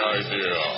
idea